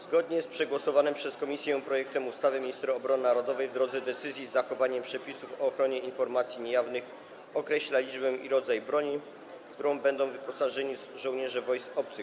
Zgodnie z przegłosowanym przez komisję projektem ustawy minister obrony narodowej, w drodze decyzji, z zachowaniem przepisów o ochronie informacji niejawnych, określa liczbę i rodzaj broni, w którą będą wyposażani żołnierze wojsk obcych.